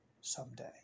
someday